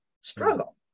struggle